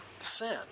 sin